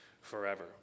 forever